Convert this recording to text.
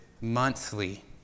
monthly